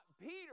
peter